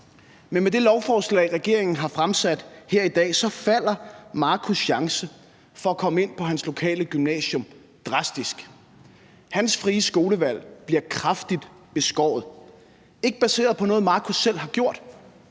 Men med det lovforslag, regeringen har fremsat her i dag, så falder Marcus' chance for at komme ind på det lokale gymnasium drastisk. Hans frie skolevalg bliver kraftigt beskåret – ikke baseret på noget, Marcus selv har gjort,